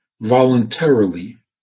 voluntarily